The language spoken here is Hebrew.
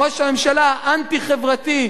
ראש הממשלה האנטי-חברתי,